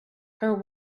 her